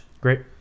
great